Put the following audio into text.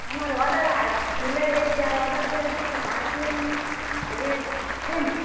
আমার অর্ডার আর ফুলের এ দে অর্ডার দেওয়া ছিল আসলেন না আগে কেন